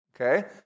Okay